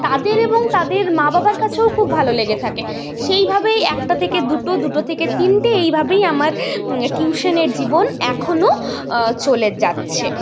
তাদের এবং তাদের মা বাবার কাছেও খুব ভালো লেগে থাকে সেইভাবেই একটা থেকে দুটো দুটো থেকে তিনটে এইভাবেই আমার টিউশনের জীবন এখনও চলে যাচ্ছে